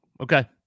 Okay